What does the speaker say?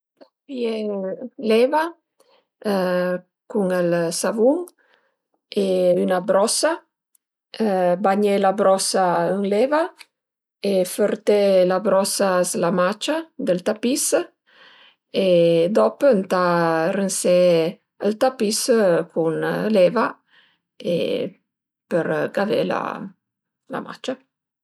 Ëntà pìé l'eva cun ël savun e üna brosa, bagné la brosa ën l'eva e fërté la brosa s'la macia dël tapis e dop ëntà rënsé ël tapis cun l'eva për gavé la macia